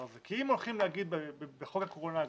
הזה כי אם הולכים להגיד בחוק הקורונה הגדול,